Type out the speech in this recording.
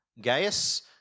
gaius